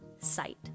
site